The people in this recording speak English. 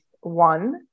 one